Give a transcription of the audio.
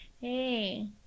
Hey